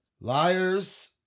liars